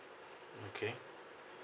okay